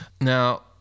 Now